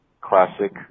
classic